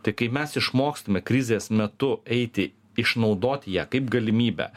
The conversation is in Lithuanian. tai kai mes išmokstame krizės metu eiti išnaudoti ją kaip galimybę